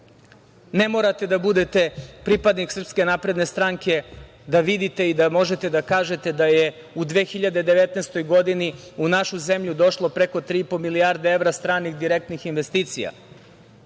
Ne morate da budete pripadnik SNS da vidite i da možete da kažete da je u 2019. godini u našu zemlju došlo preko 3,5 milijarde evra stranih direktnih investicija,